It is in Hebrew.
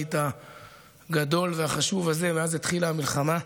בבית הגדול והחשוב הזה מאז התחילה המלחמה.